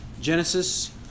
Genesis